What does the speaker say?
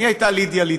מי הייתה לידיה ליטבק?